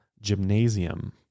gymnasium